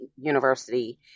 university